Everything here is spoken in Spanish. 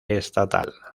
estatal